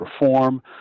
reform